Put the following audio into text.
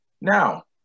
Now